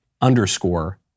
underscore